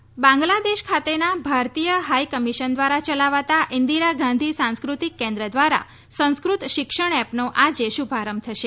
સંસ્ક઼ત app Bangladesh ખાતેના ભારતીય high commission દ્વારા ચલાવાતા ઈન્દિરા ગાંધી સાંસકૃતિક કેન્દ્ર દ્વારા સંસ્કૃત શિક્ષણ એપનો આજે શુભારંભ થશે